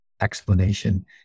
explanation